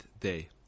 Day